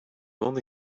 only